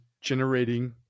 generating